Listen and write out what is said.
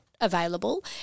available